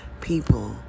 people